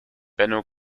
benno